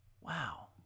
Wow